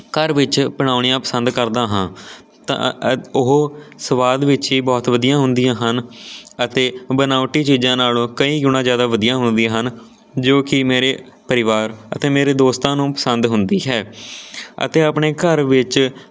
ਘਰ ਵਿੱਚ ਬਣਾਉਣੀਆਂ ਪਸੰਦ ਕਰਦਾ ਹਾਂ ਤਾਂ ਓਹ ਸਵਾਦ ਵਿੱਚ ਹੀ ਬਹੁਤ ਵਧੀਆ ਹੁੰਦੀਆਂ ਹਨ ਅਤੇ ਬਣਾਉਟੀ ਚੀਜ਼ਾਂ ਨਾਲੋਂ ਕਈ ਗੁਣਾ ਜ਼ਿਆਦਾ ਵਧੀਆ ਹੁੰਦੀਆਂ ਹਨ ਜੋ ਕਿ ਮੇਰੇ ਪਰਿਵਾਰ ਅਤੇ ਮੇਰੇ ਦੋਸਤਾਂ ਨੂੰ ਪਸੰਦ ਹੁੰਦੀ ਹੈ ਅਤੇ ਆਪਣੇ ਘਰ ਵਿੱਚ